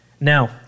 Now